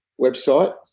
website